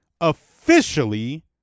officially